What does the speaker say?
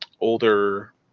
older